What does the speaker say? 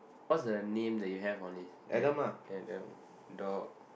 what's the name that you have on this ad~ Adam dog